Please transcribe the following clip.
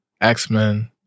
X-Men